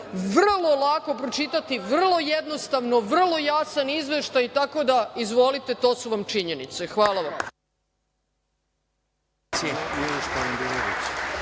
Vrlo lako pročitati, vrlo jednostavno, vrlo jasan Izveštaj. Tako da, izvolite to su vam činjenice. Hvala vam.